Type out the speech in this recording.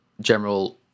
general